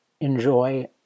enjoy